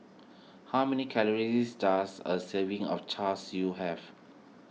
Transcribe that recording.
how many calories does a serving of Char Siu have